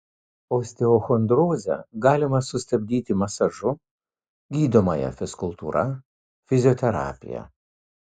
osteochondrozę galima sustabdyti masažu gydomąja fizkultūra fizioterapija